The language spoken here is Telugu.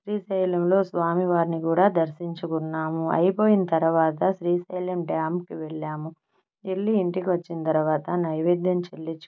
శ్రీశైలంలో స్వామివారిని గూడా దర్శించుకున్నాము అయిపోయిన తర్వాత శ్రీశైలం డామ్కి వెళ్ళాము వెళ్ళి ఇంటికి వచ్చిన తర్వాత నైవేద్యం చెల్లించు కొని